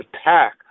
attack